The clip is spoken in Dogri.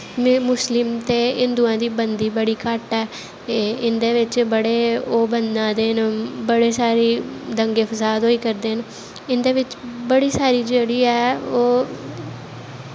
मुसलिम दे हिन्दुएं दी बनदी बड़ी घट्ट ऐ इंदे बिच्च बड़े ओ् बने दे न बड़े सारे दंगे फसाद होआ करदे न इंदे बिच्च बड़ी सारी ऐ ओह्